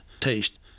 taste